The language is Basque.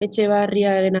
etxebarriaren